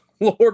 Lord